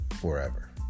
forever